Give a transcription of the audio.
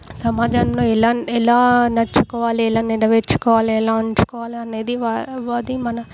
సమాజంలో ఎలా ఎలా నడుచుకోవాలి ఎలా నెరవేర్చుకోవాలి ఎలా ఉంచుకోవాలి అనేది వా వాది మన